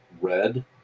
red